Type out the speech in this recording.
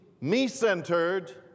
me-centered